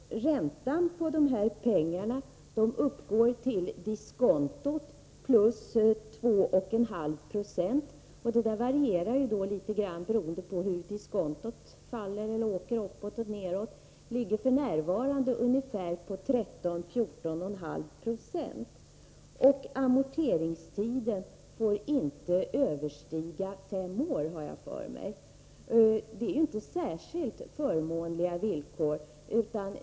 Räntan på de här pengarna uppgår till diskontot plus 2,5 96. Den varierar alltså med diskontot. Den ligger f. n. på 13-14,5 26. Amorteringstiden får inte överstiga fem år, har jag för mig. Det är ju inte särskilt förmånliga villkor.